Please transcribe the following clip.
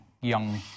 young